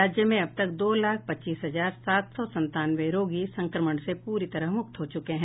राज्य में अब तक दो लाख पच्चीस हजार सात सौ संतानवे रोगी संक्रमण से पूरी तरह मुक्त हो चुके हैं